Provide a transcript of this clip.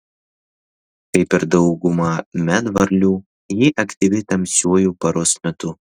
kaip ir dauguma medvarlių ji aktyvi tamsiuoju paros metu